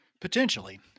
Potentially